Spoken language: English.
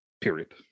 period